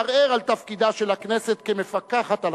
לערער על תפקידה של הכנסת כמפקחת על